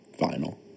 vinyl